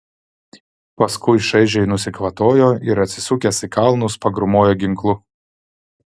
paskui šaižiai nusikvatojo ir atsisukęs į kalnus pagrūmojo ginklu